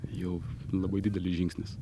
jau labai didelis žingsnis